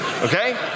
Okay